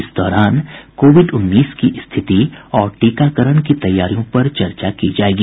इस दौरान कोविड उन्नीस की स्थिति और टीकाकरण की तैयारियों पर चर्चा की जायेगी